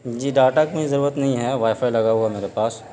جی data کی ضرورت نہیں ہے وائی فائی لگا ہوا میرے پاس